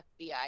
FBI